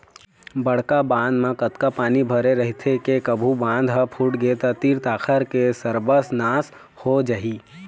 बड़का बांध म अतका पानी भरे रहिथे के कभू बांध ह फूटगे त तीर तखार के सरबस नाश हो जाही